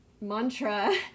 mantra